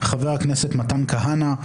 חבר הכנסת מתן כהנא,